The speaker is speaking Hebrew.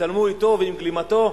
הצטלמו אתו ועם גלימתו,